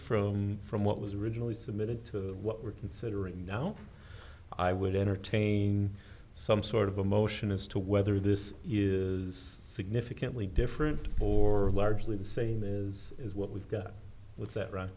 from from what was originally submitted to what we're considering now i would entertain some sort of a motion as to whether this is significantly different or largely the same is is what we've got with that right